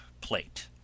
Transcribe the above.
plate